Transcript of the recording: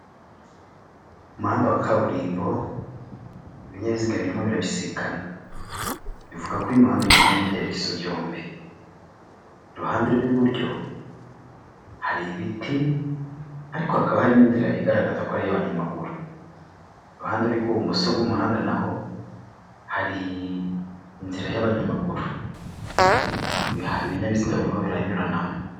Umuhanda wa kaburimbo, ibinyabiziga birimo birabisikana bivuga ko uyu muhanda ugenda mu byerekezo byombi, iruhande rw'iburyo hari ibiti ariko hakaba hari n'inzira igaragaza ko ari iy'abanyamaguru, iruhande rw'ibumoso bw'umuhanda naho hari inzira y'abanyamaguru ibinyabiziga birimo biranyuranamo.